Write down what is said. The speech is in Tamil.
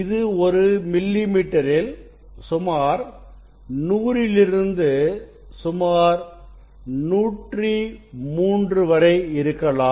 இது ஒரு மில்லிமீட்டரில் சுமார் 100 லிருந்து சுமார் 103 வரை இருக்கலாம்